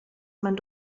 mein